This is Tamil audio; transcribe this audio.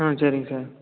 ம் சரிங் சார்